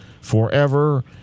forever